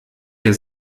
der